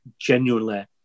genuinely